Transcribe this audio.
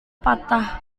patah